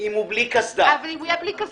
כי סגווי נוסע על מדרכה בהגדרה במהירות של 13 קמ"ש.